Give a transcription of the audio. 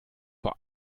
vor